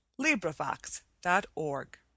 LibriVox.org